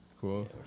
Cool